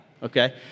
Okay